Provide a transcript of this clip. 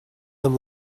them